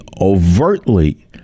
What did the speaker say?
overtly